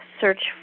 search